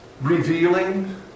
revealing